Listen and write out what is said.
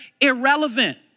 irrelevant